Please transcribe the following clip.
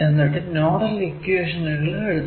എന്നിട്ടു നോഡൽ ഇക്വേഷനുകൾ എഴുതാം